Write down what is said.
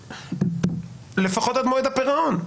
לפחות עד מועד הפירעון.